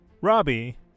Robbie